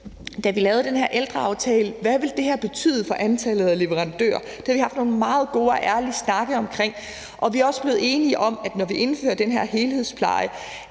da vi lavede den her ældreaftale, om, hvad det her vil betyde for antallet af leverandører. Det har vi haft nogle meget gode og ærlige snakke om. Vi er også blevet enige om, at når vi indfører den her helhedspleje,